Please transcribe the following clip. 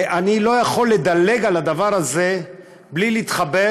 ואני לא יכול לדלג על הדבר הזה בלי להתחבר